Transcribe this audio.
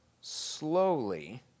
slowly